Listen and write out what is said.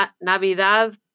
Navidad